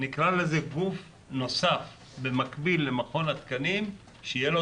נקרא לזה גוף נוסף במקביל למכון התקנים שיהיה לו